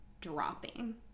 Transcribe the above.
dropping